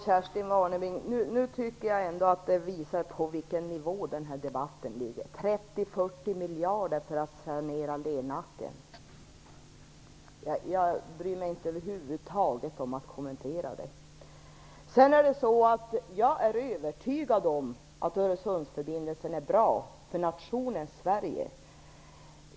Herr talman! Nu tycker jag att Kerstin Warnerbring visar på vilken nivå den här debatten ligger. 30 40 miljarder för att sanera Lernacken. Jag bryr mig över huvud taget inte om att kommentera det. Jag är övertygad om att Öresundsförbindelsen är bra för nationen Sverige.